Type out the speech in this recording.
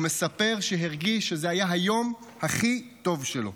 הוא מספר שהרגיש שזה היה היום הכי טוב שלו.